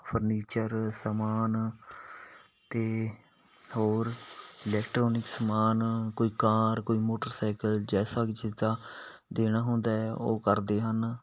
furniture ਸਮਾਨ ਅਤੇ ਹੋਰ ਇਲੈਕਟ੍ਰੋਨਿਕ ਸਮਾਨ ਕੋਈ ਕਾਰ ਕੋਈ ਮੋਟਰਸਾਈਕਲ ਜੈਸਾ ਕਿ ਜਿੱਦਾਂ ਦੇਣਾ ਹੁੰਦਾ ਹੈ ਉਹ ਕਰਦੇ ਹਨ